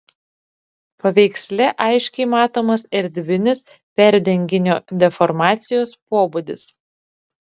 paveiksle aiškiai matomas erdvinis perdenginio deformacijos pobūdis